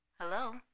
Hello